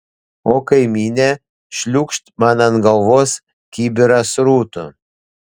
o kaimynė šliūkšt man ant galvos kibirą srutų